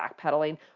backpedaling